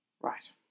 Right